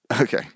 okay